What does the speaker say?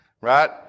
right